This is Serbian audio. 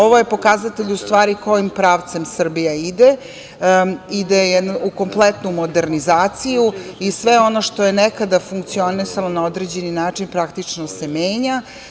Ovo je pokazatelj u stvari kojim pravcem Srbija ide, ide u jednu kompletnu modernizaciju i sve ono što je nekada funkcionisalo na određeni način praktično se menja.